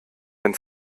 wenn